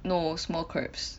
no small crabs